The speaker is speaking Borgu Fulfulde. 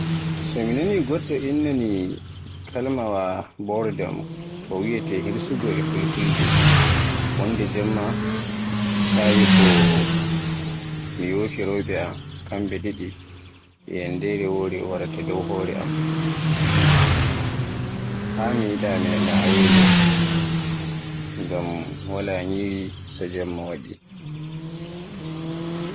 So mi nani goɗɗo inni kalimaawa boredom, ko wiyeete "Hirsugo" e Fulfulde wonde jemma sa'i ko yofi rewɓe am, kamɓe ɗiɗi e yanndere wore waraata dow hore am. Haa mi yiɗa mi nana welo, ngam wala nyiri so jemma waɗi.